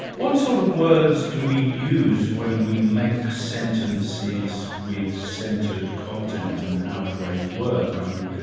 what sort of words do we use when we make sentences with centred content and how do they work? i mean,